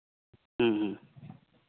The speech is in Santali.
ᱦᱮᱸ ᱦᱮᱸ